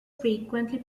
frequently